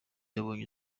yabonye